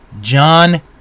John